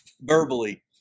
verbally